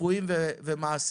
צפויים ומעשיים.